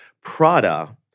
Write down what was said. Prada